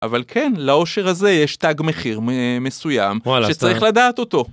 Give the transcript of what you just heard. אבל כן לאושר הזה יש תג מחיר מסוים שצריך לדעת אותו.